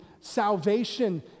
Salvation